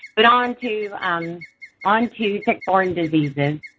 but onto um onto tick-borne diseases.